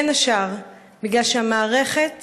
בין השאר משום שהמערכת